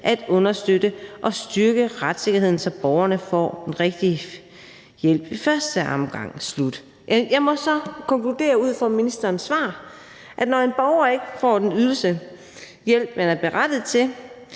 at understøtte og styrke retssikkerheden, så borgerne får den rigtige hjælp første gang.« Jeg må så konkludere ud fra ministerens svar, at når en borger ikke får den ydelse eller hjælp, man er berettiget til,